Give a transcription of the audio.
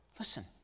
Listen